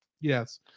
Yes